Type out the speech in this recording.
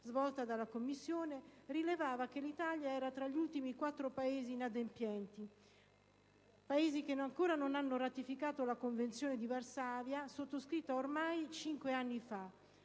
svolta dalla Commissione rilevava che l'Italia era tra gli ultimi quattro Paesi inadempienti; Paesi che ancora non hanno ratificato la Convenzione di Varsavia sottoscritta ormai cinque anni fa.